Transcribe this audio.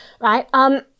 Right